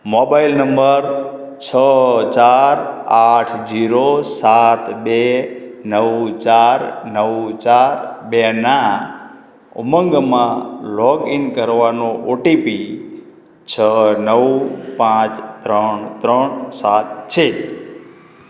mobile number છ ચાર આઠ ઝીરો સાત બે નવ ચાર નવ ચાર બેના ઉમંગમાં લૉગ ઇન કરવાનો ઓ ટી પી છ નવ પાંચ ત્રણ ત્રણ સાત છે